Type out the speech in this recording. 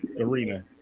arena